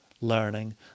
learning